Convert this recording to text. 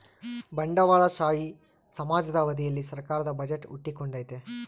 ಬಂಡವಾಳಶಾಹಿ ಸಮಾಜದ ಅವಧಿಯಲ್ಲಿ ಸರ್ಕಾರದ ಬಜೆಟ್ ಹುಟ್ಟಿಕೊಂಡೈತೆ